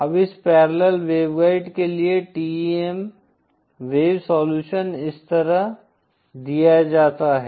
अब इस parallel waveguide के लिए TEM वेव सोल्युशन इस तरह दिया जाता है